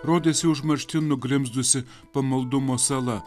rodėsi užmarštin nugrimzdusi pamaldumo sala